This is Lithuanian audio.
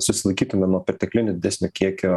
susilaikytume nuo perteklinio didesnio kiekio